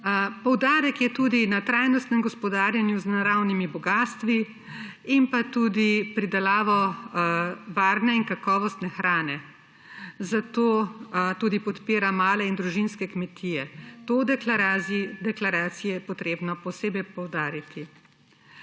Poudarek je tudi na trajnostnem gospodarjenju z naravnimi bogastvi in pridelavi varne in kakovostne hrane. Zato tudi podpira male in družinske kmetije. To je v deklaraciji treba posebej poudariti.